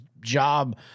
job